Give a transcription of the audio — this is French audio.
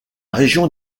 région